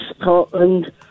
Scotland